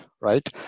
right